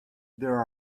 there